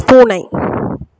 பூனை